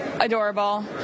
adorable